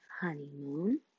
honeymoon